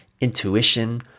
intuition